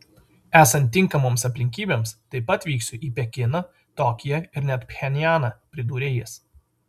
esant tinkamoms aplinkybėms taip pat vyksiu į pekiną tokiją ir net pchenjaną pridūrė jis